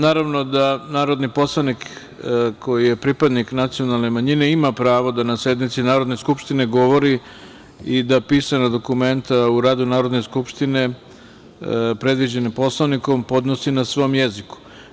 Naravno da narodni poslanik koji je pripadnik nacionalne manjine ima pravo da na sednici Narodne skupštine govori i da pisana dokumenta u radu Narodne skupštine, predviđena Poslovnikom, podnosi na svom jeziku.